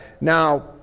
Now